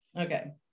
okay